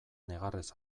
negarrez